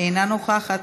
אינה נוכחת,